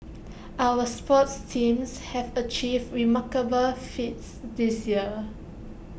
our sports teams have achieved remarkable feats this year